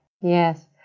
Yes